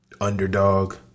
Underdog